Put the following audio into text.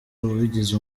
wabigize